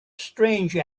strange